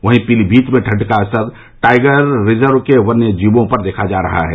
वहीं पीलीभीत में ठंड का असर टाइगर रिजर्व के वन्य जीवें पर देखा जा रहा है